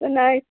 good night